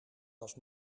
was